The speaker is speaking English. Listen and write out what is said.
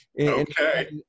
Okay